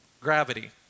gravity